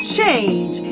Change